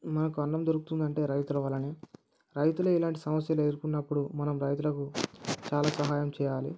మనకు అన్నం దొరుకుతుందంటే రైతుల వలనే రైతులు ఇలాంటి సమస్యలు ఎదురుకున్నప్పుడు మనం రైతులకు చాలా సహాయం చేయాలి